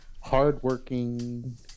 hardworking